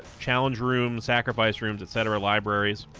challenge rooms sacrifice rooms etc libraries